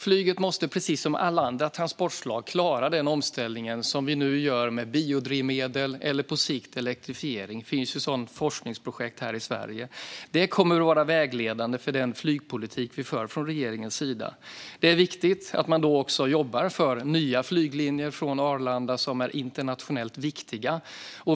Flyget måste precis som alla andra transportslag klara den omställning som vi nu gör, med biodrivmedel eller på sikt elektrifiering. Sådana forskningsprojekt finns här i Sverige. Detta kommer att vara vägledande för den flygpolitik som regeringen för. Det är då viktigt att man jobbar för nya flyglinjer från Arlanda som är internationellt viktiga.